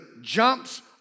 jumps